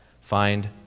Find